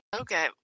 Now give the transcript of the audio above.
Okay